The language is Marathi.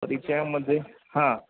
तर तिच्यामध्ये हां